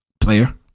Player